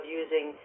using